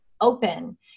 open